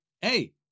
hey